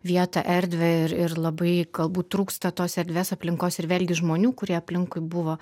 vietą erdvę ir ir labai galbūt trūksta tos erdvės aplinkos ir vėlgi žmonių kurie aplinkui buvo